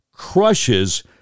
crushes